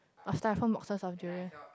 or sytrofoam boxes of durians